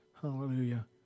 Hallelujah